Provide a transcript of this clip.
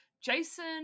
jason